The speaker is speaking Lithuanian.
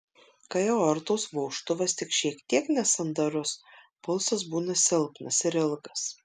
kai aortos vožtuvas tik šiek tiek nesandarus pulsas būna silpnas ir ilgas